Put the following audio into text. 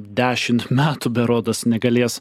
dešimt metų be rodos negalės